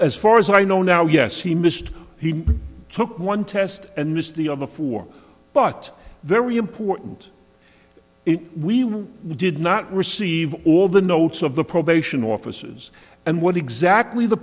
as far as i know now yes he missed he took one test and missed the other four but very important it we did not receive all the notes of the probation officers and what exactly the